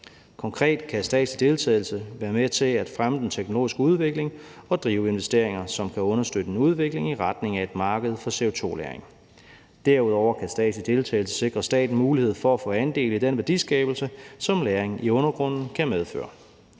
Konkret kan statslig deltagelse være med til at fremme den teknologiske udvikling og drive investeringer, som kan understøtte en udvikling i retning af et marked for CO2-lagring. Derudover kan statslig deltagelse sikre staten mulighed for at få andel i den værdiskabelse, som lagring i undergrunden kan medføre.